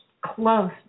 close